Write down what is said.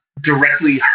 directly